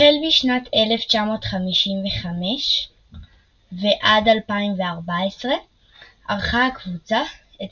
החל משנת 1955 ועד 2014 ערכה הקבוצה את